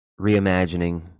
reimagining